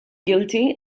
guilty